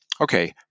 Okay